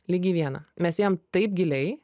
lygiai vieną mes ėjom taip giliai